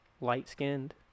light-skinned